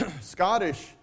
Scottish